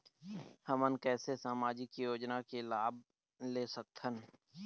हमन कैसे सामाजिक योजना के लाभ ले सकथन?